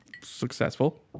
successful